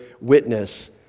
witness